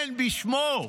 כן בשמו,